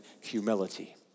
humility